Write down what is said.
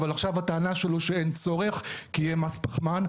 אבל עכשיו הטענה שלו היא שאין צורך כי יהיה מס פחמן.